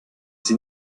sie